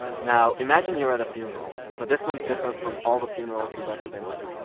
now imagine you're at a funeral, but this one's different from all the funerals you've ever been to.